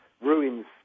ruins